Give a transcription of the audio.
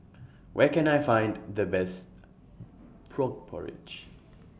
Where Can I Find The Best Frog Porridge